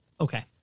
Okay